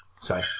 Sorry